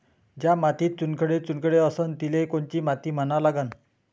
ज्या मातीत चुनखडे चुनखडे असन तिले कोनची माती म्हना लागन?